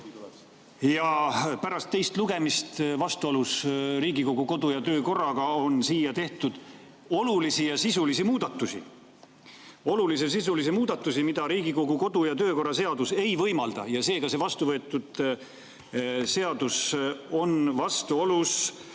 Pärast teist lugemist on vastuolus Riigikogu kodu- ja töökorraga siia tehtud olulisi sisulisi muudatusi – olulisi sisulisi muudatusi, mida Riigikogu kodu- ja töökorra seadus ei võimalda. Seega, see vastuvõetud seadus on vastuolus